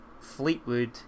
fleetwood